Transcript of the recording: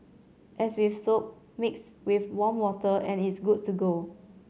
as with soap mix with warm water and it's good to go